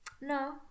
No